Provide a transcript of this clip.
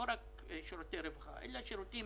לא רק שירותי רווחה אלא שירותים